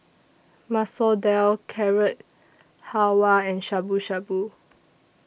Masoor Dal Carrot Halwa and Shabu Shabu